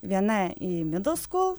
viena į midlskūl